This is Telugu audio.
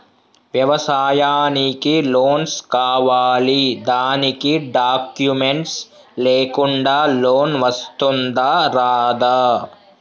వ్యవసాయానికి లోన్స్ కావాలి దానికి డాక్యుమెంట్స్ లేకుండా లోన్ వస్తుందా రాదా?